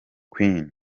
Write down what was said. queen